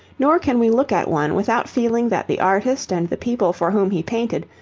nor can we look at one without feeling that the artist and the people for whom he painted,